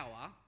power